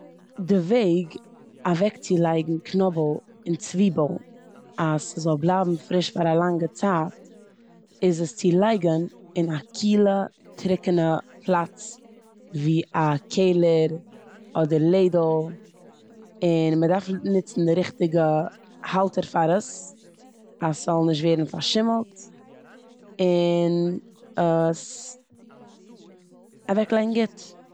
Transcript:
די וועג אוועקצילייגן קנאבל און צוויבל אז ס'זאל בלייבן פריש פאר א לאנגע צייט איז עס צו לייגן אין א קילע, טרוקענע פלאץ ווי און א קעלער אדער לעדל און מ'דארף נוצן די ריכטיגע האלטער פאר עס אז ס'זאל נישט ווערן פארשימלט און עס אוועקלייגן גוט.